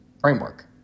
Framework